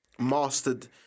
mastered